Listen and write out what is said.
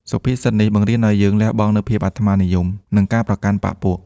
សុភាសិតនេះបង្រៀនឱ្យយើងលះបង់នូវភាពអាត្មានិយម និងការប្រកាន់បក្ខពួក។